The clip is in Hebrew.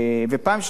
שנית,